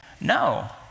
No